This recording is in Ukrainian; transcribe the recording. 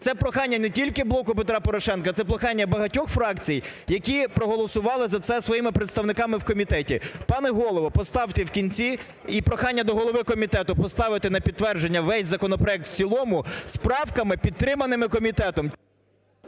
Це прохання не тільки "Блоку Петра Порошенка", це прохання багатьох фракцій, які проголосували за це своїми представниками в комітеті. Пане Голово, поставте в кінці. І прохання до голови комітету поставити на підтвердження весь законопроект в цілому з правками, підтриманими комітетом.